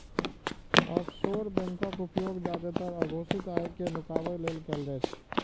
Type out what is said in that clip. offshore बैंकक उपयोग जादेतर अघोषित आय कें नुकाबै लेल कैल जाइ छै